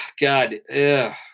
God